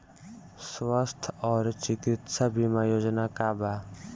स्वस्थ और चिकित्सा बीमा योजना का बा?